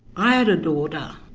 i had a daughter,